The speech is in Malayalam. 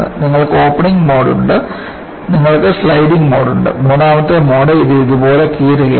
നിങ്ങൾക്ക് ഓപ്പണിംഗ് മോഡ് ഉണ്ട് നിങ്ങൾക്ക് സ്ലൈഡിംഗ് മോഡ് ഉണ്ട് മൂന്നാമത്തെ മോഡ് ഇത് ഇതുപോലെ കീറുകയാണ്